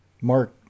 Mark